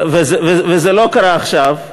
האו"ם חזר, וזה לא קרה עכשיו.